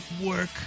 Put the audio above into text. work